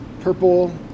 purple